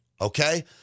okay